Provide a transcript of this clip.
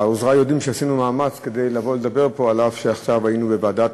עוזרי יודעים שעשינו מאמץ לבוא לדבר פה אף שעכשיו היינו בוועדה